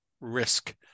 risk